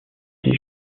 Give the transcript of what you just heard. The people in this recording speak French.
des